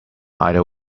either